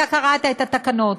קראת את התקנות,